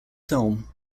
film